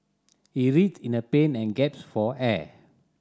he writhed in a pain and gaps for air